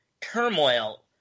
turmoil